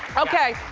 okay,